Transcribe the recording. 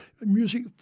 Music